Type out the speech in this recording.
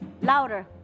louder